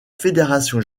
fédération